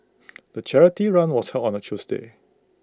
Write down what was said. the charity run was held on A Tuesday